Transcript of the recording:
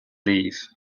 leave